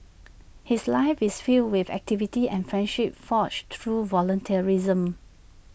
his life is filled with activity and friendships forged through volunteerism